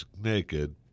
naked